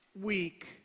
week